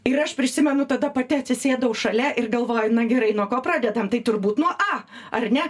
ir aš prisimenu tada pati atsisėdau šalia ir galvoju na gerai nuo ko pradedam tai turbūt nuo a ar ne